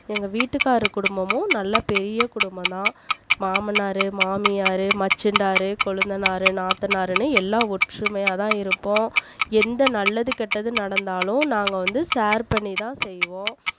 எங்கள் வீட்டுகார் குடும்பமும் நல்ல பெரிய குடும்பம் தான் மாமனார் மாமியார் மச்சின்டார் கொழுந்தனார் நாத்தனார்னு எல்லாம் ஒற்றுமையாக தான் இருப்போம் எந்த நல்லது கெட்டது நடந்தாலும் நாங்கள் வந்து ஷேர் பண்ணித்தான் செய்வோம்